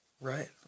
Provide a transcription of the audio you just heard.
Right